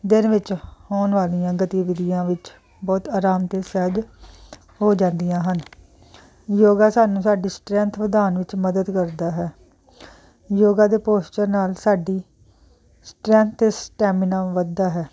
ਦਿਨ ਵਿੱਚ ਹੋਣ ਵਾਲੀਆਂ ਗਤੀਵਿਧੀਆਂ ਵਿੱਚ ਬਹੁਤ ਆਰਾਮ ਅਤੇ ਸਹਿਜ ਹੋ ਜਾਂਦੀਆਂ ਹਨ ਯੋਗਾ ਸਾਨੂੰ ਸਾਡੀ ਸਟਰੈਂਥ ਵਧਾਉਣ ਵਿੱਚ ਮਦਦ ਕਰਦਾ ਹੈ ਯੋਗਾ ਦੇ ਪੋਸਚਰ ਨਾਲ ਸਾਡੀ ਸਟਰੈਂਥ ਅਤੇ ਸਟੈਮੀਨਾ ਵੱਧਦਾ ਹੈ